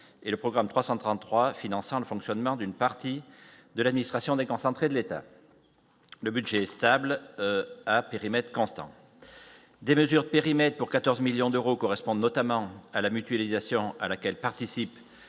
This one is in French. et le programme 333 finançant le fonctionnement d'une partie de l'administration déconcentrée de l'État, le budget stable à périmètre constant des mesures périmètre pour 14 millions d'euros correspondent notamment à la mutualisation à laquelle participe